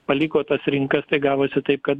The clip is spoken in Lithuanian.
paliko tas rinkas tai gavosi taip kad